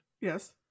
Yes